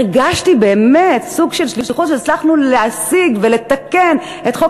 הרגשתי באמת סוג של שליחות כשהצלחנו להשיג ולתקן את חוק